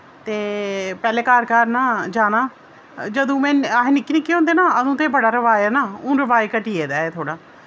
ते पैह्लें घर घर ना जाना जदूं में अस निक्के निक्के होंदे ना अदूं ते बड़ा रवाज ऐ ना हून रवाज घटी गेदा ऐ थोह्ड़ा